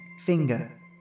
finger